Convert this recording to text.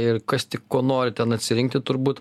ir kas tik ko nori ten atsirinkti turbūt